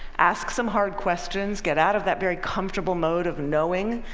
ask some hard questions, get out of that very comfortable mode of knowing,